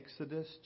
Exodus